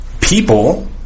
people